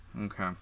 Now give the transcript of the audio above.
Okay